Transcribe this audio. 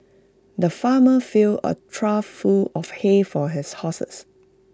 the farmer filled A trough full of hay for his horses